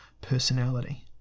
personality